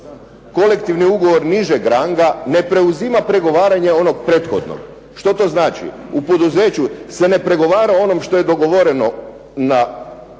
kolektivni ugovor nižeg ranga ne preuzima pregovaranje onog prethodnog. Što to znači? U poduzeću se ne pregovara o onome što je dogovoreno u